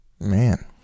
Man